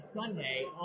Sunday